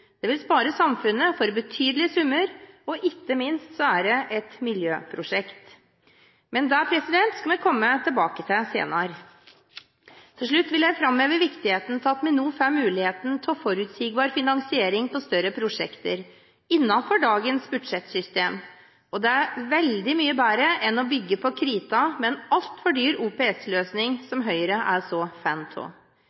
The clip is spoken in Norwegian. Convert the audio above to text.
Det vil spare samfunnet for betydelige summer, og det er dessuten et miljøprosjekt, men dette skal vi komme tilbake til senere. Til slutt vil jeg framheve viktigheten av at vi nå får muligheten for forutsigbar finansiering av større prosjekter innenfor dagens budsjettsystem. Det er veldig mye bedre enn å bygge på krita med en altfor dyr